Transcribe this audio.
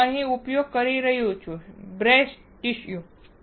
તેથી જ હું અહીં ઉપયોગ કરી રહ્યો છું બ્રેસ્ટ ટીસ્યુ જુઓ